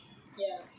ya